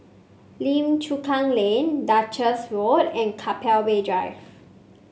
Lim Chu Kang Lane Duchess Walk and Keppel Bay Drive